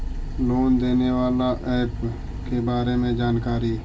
Loan देने बाला app के बारे मे जानकारी?